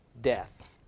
death